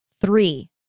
three